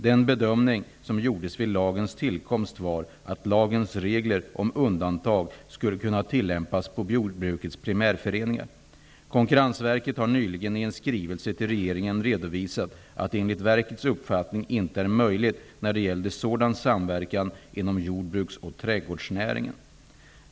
Den bedömning som gjordes vid lagens tillkomst var att lagens regler om undantag skulle kunna tillämpas på jordbrukets primärföreningar. Konkurrensverket har nyligen i en skrivelse till regeringen redovisat att det enligt verkets uppfattning inte är möjligt när det gäller sådan samverkan inom jordbruks och trädgårdsnäringen.